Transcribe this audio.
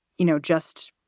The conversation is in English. you know, just.